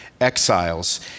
exiles